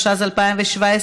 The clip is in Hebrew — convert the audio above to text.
התשע"ז 2017,